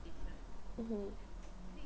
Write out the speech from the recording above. mmhmm